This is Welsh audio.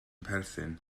perthyn